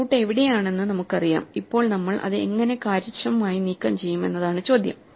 root എവിടെയാണെന്ന് നമുക്കറിയാം ഇപ്പോൾ നമ്മൾ അത് എങ്ങനെ കാര്യക്ഷമമായി നീക്കംചെയ്യും എന്നതാണ് ചോദ്യം